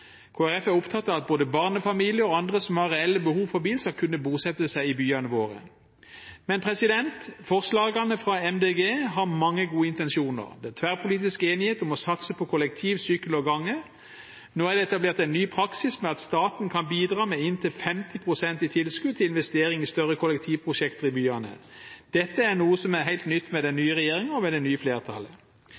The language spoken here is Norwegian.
Folkeparti er opptatt av at både barnefamilier og andre som har reelle behov for bil, skal kunne bosette seg i byene våre. Forslagene fra Miljøpartiet De Grønne har mange gode intensjoner. Det er tverrpolitisk enighet om å satse på kollektiv, sykkel og gange. Nå er det etablert en ny praksis med at staten kan bidra med inntil 50 pst. i tilskudd til investering i større kollektivprosjekter i byene. Dette er noe som er helt nytt med den nye regjeringen og med det nye flertallet.